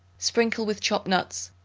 sprinkle with chopped nuts.